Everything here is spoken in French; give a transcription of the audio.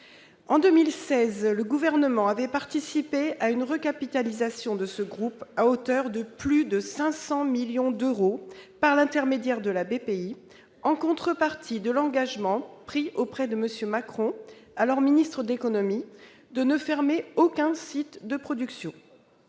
En 2016, le Gouvernement avait participé à une recapitalisation de ce groupe à hauteur de plus de 500 millions d'euros, par l'intermédiaire de la Banque publique d'investissement, la BPI, en contrepartie de l'engagement pris auprès de M. Macron, alors ministre de l'économie, de ne fermer aucun site de production.